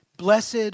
Blessed